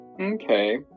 okay